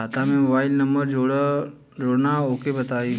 खाता में mobile number जोड़ना ओके बताई?